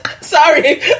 Sorry